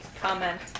comment